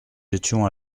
étions